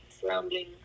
surrounding